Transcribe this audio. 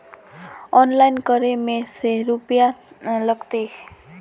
Online करे में ते रुपया लगते?